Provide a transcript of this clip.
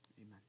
Amen